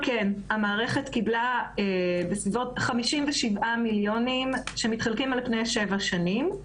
כן - המערכת קיבלה בסביבות 57 מיליונים שמתחלקים על פני שבע שנים.